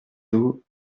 d’eaux